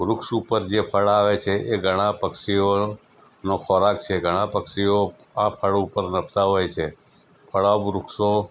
વૃક્ષ ઉપર જે ફળ આવે છે એ ઘણાં પક્ષીઓનો ખોરાક છે ઘણાં પક્ષીઓ આ ફળો ઉપર નભતા હોય છે ઘણાં વૃક્ષો